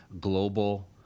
global